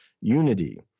unity